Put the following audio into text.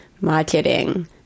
marketing